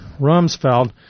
Rumsfeld